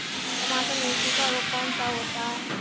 टमाटर में सूखा रोग कौन सा होता है?